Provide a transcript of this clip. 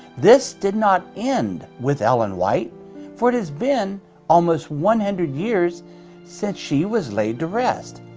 this did not end with ellen white for it has been almost one hundred years since she was laid to rest.